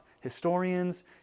historians